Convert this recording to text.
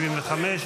275),